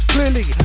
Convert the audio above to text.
Clearly